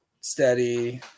steady